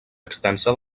extensa